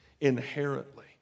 inherently